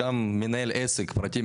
גם מנהל עסק פרטי,